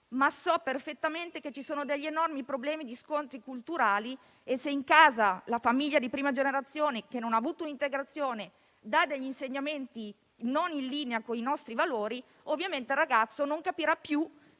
ma so perfettamente che ci sono enormi problemi di scontri culturali, e se in casa la famiglia di prima generazione che non ha avuto un'integrazione dà insegnamenti non in linea con i nostri valori, ovviamente il ragazzo non capirà mai